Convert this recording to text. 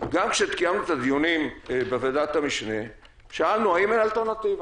גם כשקיימנו את הדיונים בוועדת המשנה שאלנו האם הייתה אלטרנטיבה.